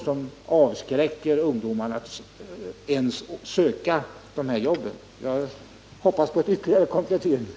Det avskräcker ungdomarna från att ens söka sådana jobb. Jag hoppas på ytterligare kompletteringar.